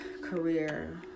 career